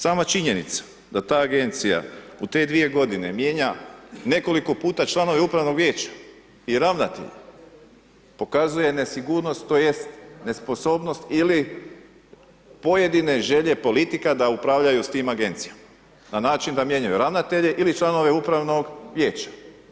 Samo činjenica da ta agencija u te dvije godine mijenja nekoliko puta članove upravnog vijeća i ravnatelje pokazuje nesigurnost tj. nesposobnost ili pojedine želje politika da upravljaju s tim agencijama na način da mijenjaju ravnatelje ili članove upravnog vijeća.